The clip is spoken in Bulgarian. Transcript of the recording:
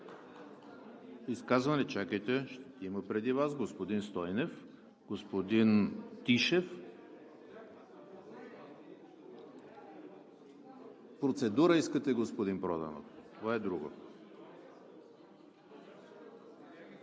Изказване? Чакайте, има преди Вас: господин Стойнев, господин Тишев… Процедура ли искате, господин Проданов? Това е друго.